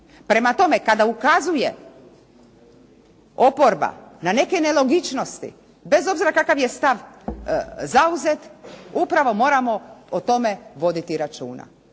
Prema tome, kada ukazuje oporba na neke nelogičnosti bez obzira kakav je stav zauzet upravo moramo o tome voditi računa.